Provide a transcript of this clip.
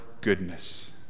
goodness